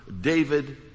David